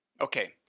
Okay